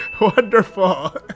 Wonderful